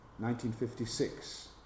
1956